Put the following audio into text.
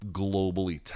globally